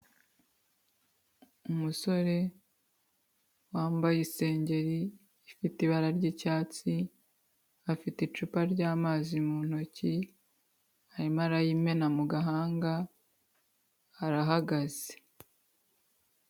Umusore wambaye isengeri ifite ibara ry'icyatsi, afite icupa ry'amazi mu ntoki, arimo arayimena mu gahanga, arahagaze.